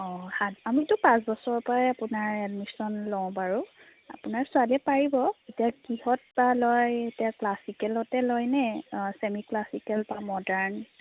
অঁ সাত আমিতো পাঁচ বছৰৰ পৰাই আপোনাৰ এডমিশ্যন লওঁ বাৰু আপোনাৰ ছোৱালীয়ে পাৰিব এতিয়া কিহত বা লয় এতিয়া ক্লাছিকেলত লয় নে ছেমি ক্লাছিকেল বা মডাৰ্ণ